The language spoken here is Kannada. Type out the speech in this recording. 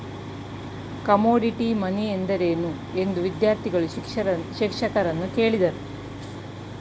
ಕಮೋಡಿಟಿ ಮನಿ ಎಂದರೇನು? ಎಂದು ವಿದ್ಯಾರ್ಥಿಗಳು ಶಿಕ್ಷಕರನ್ನು ಕೇಳಿದರು